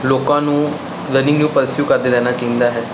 ਲੋਕਾਂ ਨੂੰ ਰਨਿੰਗ ਨੂੰ ਪਰਸਿਊ ਕਰਦੇ ਰਹਿਣਾ ਚਾਹੀਦਾ ਹੈ